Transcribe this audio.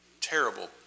terrible